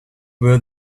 were